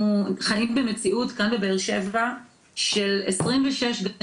אנחנו חיים במציאות כאן בבאר שבע של 26 גני